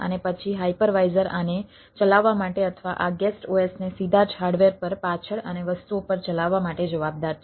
અને પછી હાઇપરવાઇઝર આને ચલાવવા માટે અથવા આ ગેસ્ટ OSને સીધા જ હાર્ડવેર પર પાછળ અને વસ્તુઓ પર ચલાવવા માટે જવાબદાર છે